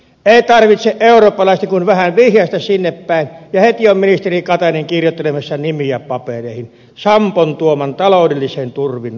ei tarvitse eurooppalaisten kuin vähän vihjaista sinne päin ja heti on ministeri katainen kirjoittelemassa nimiä papereihin sampon tuoman taloudellisen turvan voimin